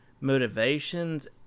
motivations